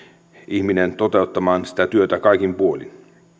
ihminen toteuttamaan sitä työtä kaikin puolin